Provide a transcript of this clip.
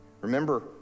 Remember